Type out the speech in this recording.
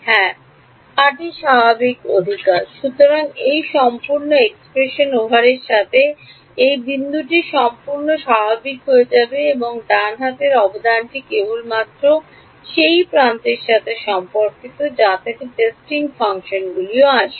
খাঁটি স্বাভাবিক অধিকার সুতরাং এই সম্পূর্ণ এক্সপ্রেশনওভারের সাথে এই বিন্দুটি সম্পূর্ণ স্বাভাবিক হয়ে যাবে সুতরাং ডান হাতের অবদানটি কেবলমাত্র সেই প্রান্তের সাথে সম্পর্কিত যা থেকে টেস্টিং ফাংশনগুলিতে আসবে